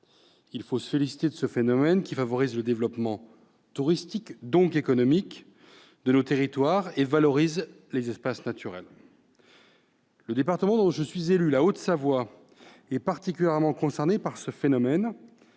Il faut se féliciter de ce phénomène, qui favorise le développement touristique, donc économique, de nos territoires et valorise des espaces naturels. Le département dont je suis l'élu, la Haute-Savoie, est particulièrement concerné par ce phénomène.